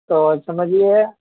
تو سمجھیے